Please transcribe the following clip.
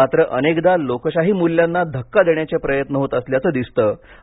मात्र अनेकदा लोकशाही मूल्यांना धक्का देण्याचे प्रयत्न होत असल्याचं दिसत